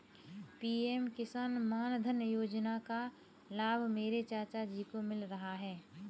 PM Kisan Maandhan Yojana का लाभ मेरे चाचा जी को मिल रहा है